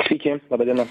sveiki laba diena